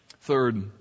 Third